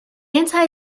anti